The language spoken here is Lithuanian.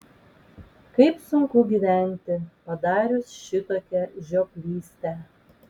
kaip sunku gyventi padarius šitokią žioplystę